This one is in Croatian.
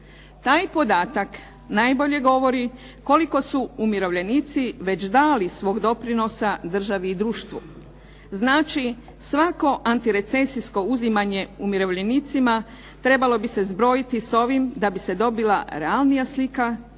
Taj podatak najbolje govori koliko su umirovljenici već dali svog doprinosa državi i društvu. Znači, svako antirecesijsko uzimanje umirovljenicima trebalo bi se zbrojiti s ovim da bi se dobila realnija slika